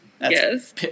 Yes